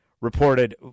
reported